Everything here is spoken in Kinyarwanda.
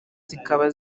zikaba